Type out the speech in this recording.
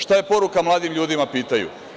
Šta je poruka mladim ljudima, pitaju?